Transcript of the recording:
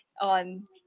on